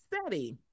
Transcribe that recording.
Steady